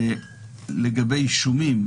לגבי אישומים,